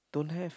don't have